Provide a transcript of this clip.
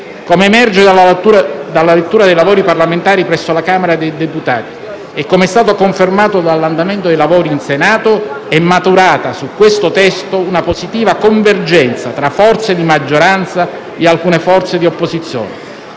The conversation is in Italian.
Come emerge dalla lettura dei lavori parlamentari presso la Camera dei deputati e come è stato confermato dall'andamento dei lavori in Senato, è maturata su questo testo una positiva convergenza tra forze di maggioranza e alcune forze di opposizione.